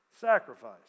sacrifice